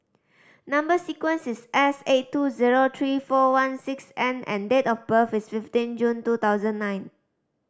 number sequence is S eight two zero three four one six N and date of birth is fifteen June two thousand nine